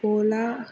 ola